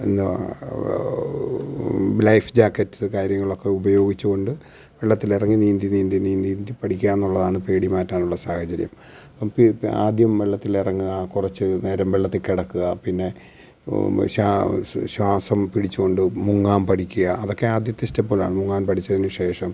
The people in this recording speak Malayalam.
എന്നാൽ ലൈഫ് ജാക്കറ്റ് കാര്യങ്ങളൊക്കെ ഉപയോഗിച്ചു കൊണ്ട് വെള്ളത്തിലിറങ്ങി നീന്തി നീന്തി നീന്തി പഠിക്കുകയെന്നുള്ളതാണ് പേടി മാറ്റാനുള്ള സാഹചര്യം അപ്പോൾ ഇപ്പം ആദ്യം വെള്ളത്തിലിറങ്ങുക കുറച്ചു നേരം വെള്ളത്തിൽ കിടക്കുക പിന്നെ ശ്വാസം പിടിച്ചു കൊണ്ട് മുങ്ങാൻ പഠിക്കുക അതൊക്കെ ആദ്യത്തെ സ്റ്റെപ്പുകളാണ് മുങ്ങാൻ പഠിച്ചതിനു ശേഷം